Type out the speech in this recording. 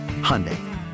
Hyundai